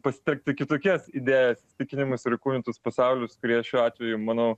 pasitelkti kitokias idėjas įsitikinimus ir įkūnytus pasaulius kurie šiuo atveju manau